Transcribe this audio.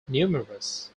numerous